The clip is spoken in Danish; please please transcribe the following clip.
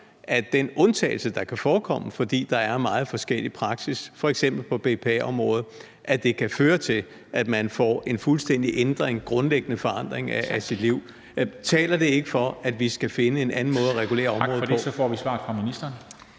at den undtagelse, der kan forekomme, fordi der er meget forskellig praksis, f.eks. på BPA-området, kan føre til, at man får en fuldstændig ændring, en grundlæggende forandring af sit liv. Taler det ikke for, at vi skal finde en anden måde at regulere området på? Kl. 11:13 Formanden (Henrik Dam Kristensen):